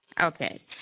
Okay